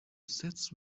sets